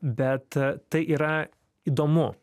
bet tai yra įdomu